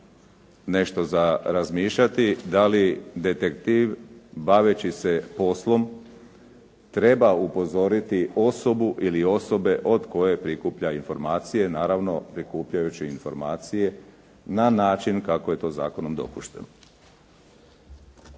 nešto za razmišljati da li detektiv baveći se poslom treba upozoriti osobu ili osobe od koje prikuplja informacije, naravno prikupljajući informacije na način kako je to zakonom dopušteno.